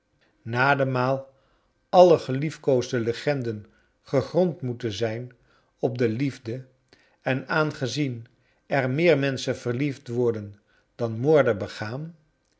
hof woonde nademaal alle geliefkoosde legenden gegrond moeten zijn op de liefde en aangezien er meer menschen verliefd worden dan moorden begaan